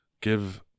give